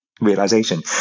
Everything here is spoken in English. realization